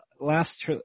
last